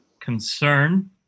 concern